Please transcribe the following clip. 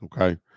Okay